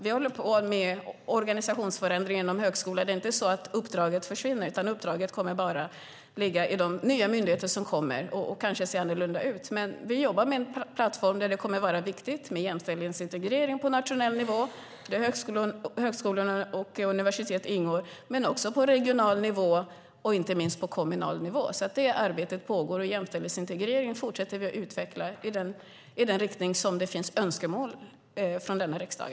Vi håller på med en organisationsförändring inom högskolan. Uppdraget försvinner inte, utan uppdraget kommer att ligga hos de nya myndigheterna. Vi jobbar med en plattform där det kommer att vara viktigt med jämställdhetsintegrering på nationell nivå, där högskolor och universitet ingår, men också på regional och kommunal nivå. Det arbetet pågår. Vi fortsätter att utveckla jämställdhetsintegreringen i den riktning som riksdagen önskar.